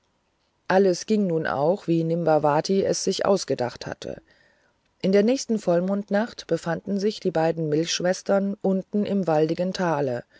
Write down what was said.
alles ging nun auch wie nimbavati sich es erdacht hatte in der nächsten vollmondnacht befanden sich die beiden milchschwestern unten im waldigen tale